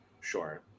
Sure